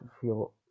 feel